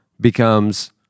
becomes